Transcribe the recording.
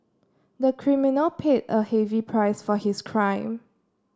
the criminal paid a heavy price for his crime